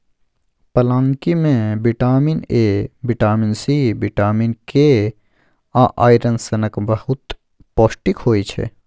पलांकी मे vitamin A, vitamin C, vitamin K आ आइरन सनक बहुत पौष्टिक होइ छै